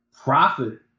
profit